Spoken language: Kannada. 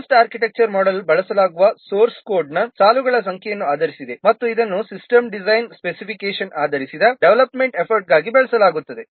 ಪೋಸ್ಟ್ ಆರ್ಕಿಟೆಕ್ಚರ್ ಮೋಡೆಲ್ ಬಳಸಲಾಗುವ ಸೋರ್ಸ್ ಕೋಡ್ನ ಸಾಲುಗಳ ಸಂಖ್ಯೆಯನ್ನು ಆಧರಿಸಿದೆ ಮತ್ತು ಇದನ್ನು ಸಿಸ್ಟಮ್ ಡಿಸೈನ್ ಸ್ಪೆಸಿಫಿಕೇಶನ್ ಆಧರಿಸಿದ ಡೆವಲಪ್ಮೆಂಟ್ ಎಫರ್ಟ್ಗಾಗಿ ಬಳಸಲಾಗುತ್ತದೆ